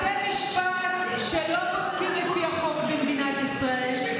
בתי משפט שלא פוסקים לפי החוק במדינת ישראל,